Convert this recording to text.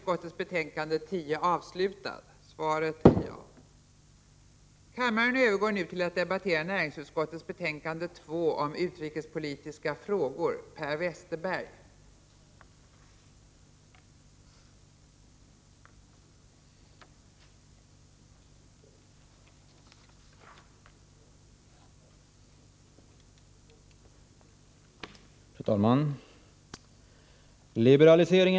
Kammaren övergår nu till att debattera socialutskottets betänkande 5 om vissa frågor rörande internationella adoptioner.